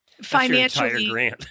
financially